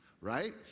Right